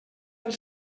del